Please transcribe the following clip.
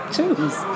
Choose